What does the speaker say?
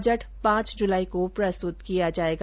budget पांच जुलाई को प्रस्तुत किया जाएगा